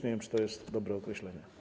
Nie wiem, czy to jest dobre określenie.